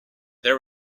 there